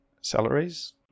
salaries